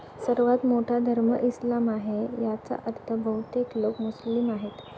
सर्वात मोठा धर्म इस्लाम आहे याचा अर्थ बहुतेक लोक मुस्लिम आहेत